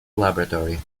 laboratory